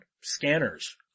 scanners